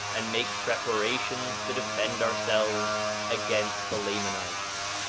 and make preparations to defend ourselves against the lamanites.